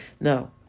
No